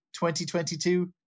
2022